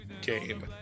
game